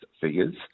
figures